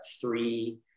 three